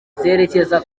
zerekeza